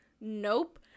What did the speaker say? nope